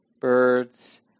birds